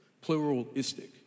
pluralistic